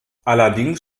allerdings